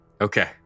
Okay